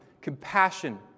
Compassion